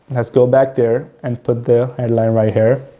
let's go back there and put the headline right here,